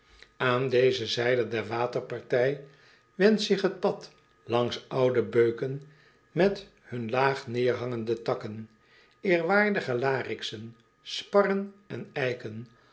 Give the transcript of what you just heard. aan deze zijde der waterpartij wendt zich het pad langs oude beuken met hun laag neerhangende takken eerwaardige larixen sparren en eiken